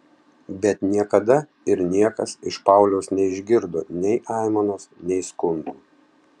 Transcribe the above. bet niekada ir niekas iš pauliaus neišgirdo nei aimanos nei skundų